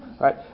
Right